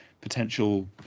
potential